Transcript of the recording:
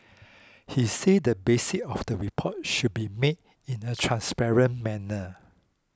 he said the basic of the report should be made in a transparent manner